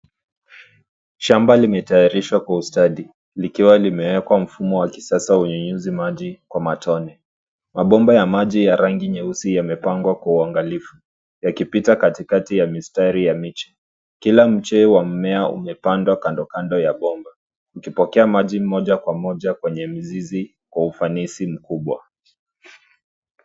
Shamba limetayarishwa kwa ustadi. Likiwa limewekwa mfumo wa kisasa wa unyunyuzi maji kwa matone. Mabomba ya maji ya rangi nyeusi yamepangwa kwa uangalifu yakipita katikati ya mistari ya miche. Kila mcheo wa mmea umepandwa kando kando ya bomba ukipokea maji moja kwa moja kwa kwenye mizizi kwa ufanisi mkubwa.